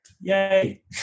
Yay